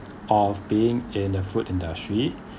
of being in the food industry